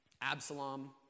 Absalom